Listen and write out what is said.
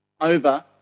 over